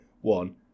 one